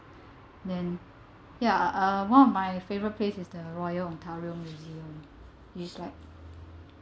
then ya uh uh one of my favourite places is the royal ontario museum it's like